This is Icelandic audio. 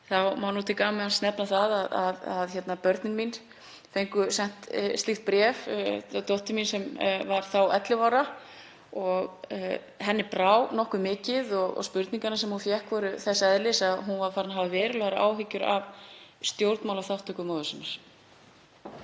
má til gamans nefna að börnin mín fengu sent slíkt bréf, eða dóttir mín sem var þá 11 ára. Henni brá nokkuð mikið og spurningarnar sem hún fékk voru þess eðlis að hún var farin að hafa verulegar áhyggjur af stjórnmálaþátttöku móður sinnar.